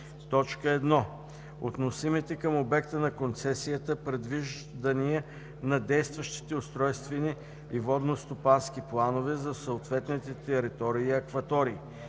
включва: 1. относимите към обекта на концесията предвиждания на действащите устройствени и водностопански планове за съответните територии и акватории;